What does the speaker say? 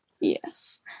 Yes